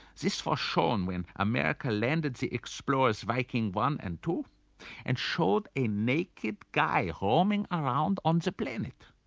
this was shown when america landed the explorers, viking one and two and showed a naked guy hooning around on the planet.